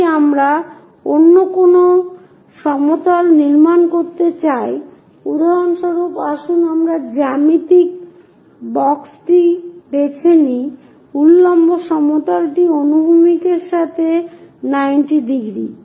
যদি আমরা অন্য কোন সমতল নির্মাণ করতে চাই উদাহরণস্বরূপ আসুন আমরা জ্যামিতি বাক্সটি বেছে নিই উল্লম্ব সমতলটি অনুভূমিকের সাথে 90 ডিগ্রি